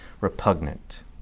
repugnant